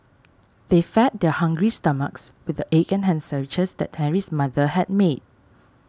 they fed their hungry stomachs with the egg and ham sandwiches that Henry's mother had made